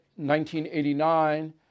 1989